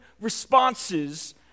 responses